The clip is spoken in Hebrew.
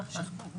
נכון.